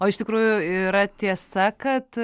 o iš tikrųjų yra tiesa kad